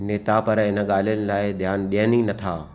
नेता पर हिन ॻाल्हिनि लाइ ध्यानु ॾियनि ई नथा